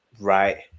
right